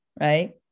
right